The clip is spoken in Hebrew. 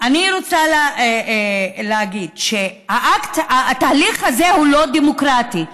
אני רוצה להגיד שהתהליך הזה הוא לא דמוקרטי.